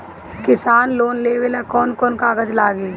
किसान लोन लेबे ला कौन कौन कागज लागि?